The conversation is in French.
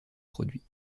produits